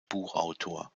buchautor